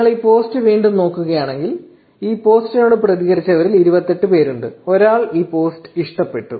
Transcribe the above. നിങ്ങൾ ഈ പോസ്റ്റ് വീണ്ടും നോക്കുകയാണെങ്കിൽ ഈ പോസ്റ്റിനോട് പ്രതികരിച്ചവരിൽ 28 പേരുണ്ട് ഒരാൾ ഈ പോസ്റ്റ് ഇഷ്ടപ്പെട്ടു